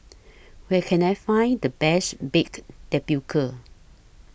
Where Can I Find The Best Baked Tapioca